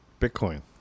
Bitcoin